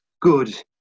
good